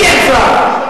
מי נעצר?